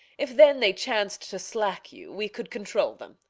if then they chanc'd to slack ye, we could control them.